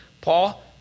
Paul